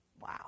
Wow